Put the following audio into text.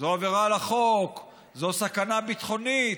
זו עבירה על החוק, זו סכנה ביטחונית.